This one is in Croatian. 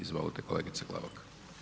Izvolite kolegice Glavak.